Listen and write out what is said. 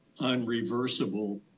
unreversible